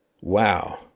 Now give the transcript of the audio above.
wow